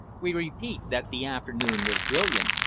we repeat that the afternoon was brilliant,